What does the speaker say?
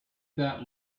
that